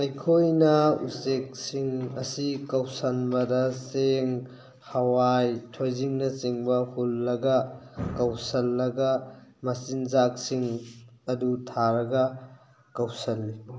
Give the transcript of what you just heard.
ꯑꯩꯈꯣꯏꯅ ꯎꯆꯦꯛꯁꯤꯡ ꯑꯁꯤ ꯀꯧꯁꯟꯕꯗ ꯆꯦꯡ ꯍꯋꯥꯏ ꯊꯣꯏꯗꯤꯡꯅ ꯆꯤꯡꯕ ꯍꯨꯜꯂꯒ ꯀꯧꯁꯜꯂꯒ ꯃꯆꯤꯟꯖꯥꯛꯁꯤꯡ ꯑꯗꯨ ꯊꯥꯔꯒ ꯀꯧꯁꯜꯂꯤ